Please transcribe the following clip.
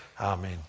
Amen